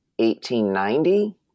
1890